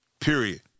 period